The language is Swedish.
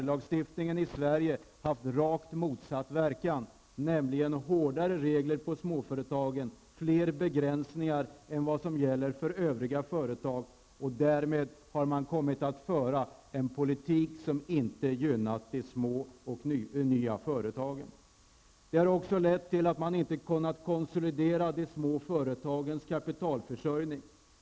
Särlagstiftningen i Sverige har haft rakt motsatt verkan, nämligen hårdare regler för småföretagen och fler begränsningar än vad som gäller för övriga företag. Därmed har man kommit att föra en politik som inte gynnat de små och nya företagen. Detta har också lett till att man inte har kunnat konsolidera de små företagens kapitalförsörjning.